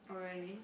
oh really